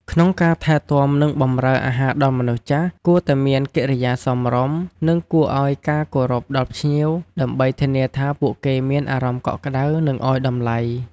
ក្នុងការថែទាំ និងបំរើអាហារដល់មនុស្សចាស់ គួរតែមានកិរិយាសមរម្យ និងគួរអោយការគោរពដល់ភ្ញៀវ ដើម្បីធានាថាពួកគេមានអារម្មណ៍កក់ក្តៅ និងឲ្យតម្លៃ។